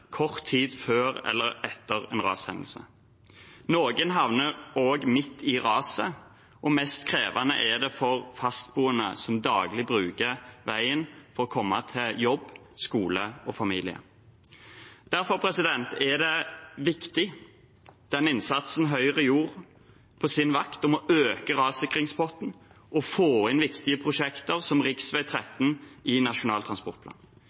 kort tid før eller etter en rashendelse. Noen havner også midt i raset. Mest krevende er det for fastboende, som daglig bruker veien for å komme til jobb, skole og familie. Derfor er den innsatsen Høyre gjorde på sin vakt om å øke rassikringspotten og få inn viktige prosjekter som rv. 13 i Nasjonal transportplan,